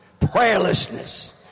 Prayerlessness